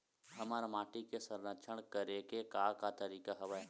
हमर माटी के संरक्षण करेके का का तरीका हवय?